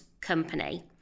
company